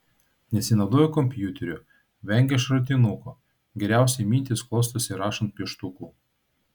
nesinaudoja kompiuteriu vengia šratinuko geriausiai mintys klostosi rašant pieštuku